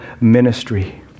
ministry